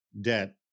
debt